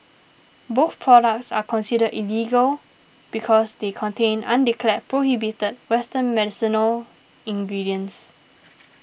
both products are considered illegal because they contain undeclared prohibited western medicinal ingredients